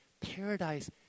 paradise